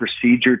procedure